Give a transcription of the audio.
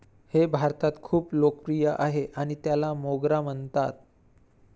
हे भारतात खूप लोकप्रिय आहे आणि त्याला मोगरा म्हणतात